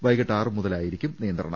വൈകിട്ട് ആറുമുതലായിരിക്കും നിയന്ത്രണം